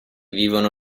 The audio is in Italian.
vivono